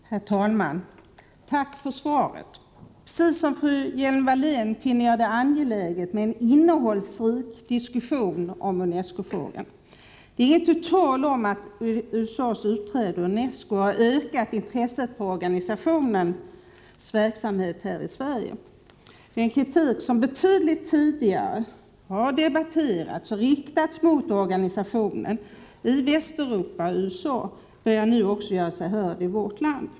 Herr talman! Jag tackar utbildningsministern för svaret. Precis som fru Hjelm-Wallén finner också jag det angeläget med en innehållsrik diskussion om UNESCO-frågan. Det är inte tu tal om att USA:s utträde ur UNESCO har ökat intresset för organisationens verksamhet här i Sverige. Den kritik som betydligt tidigare debatterats och även riktats mot organisationen i Västeuropa och USA börjar nu också göra sig hörd i vårt land.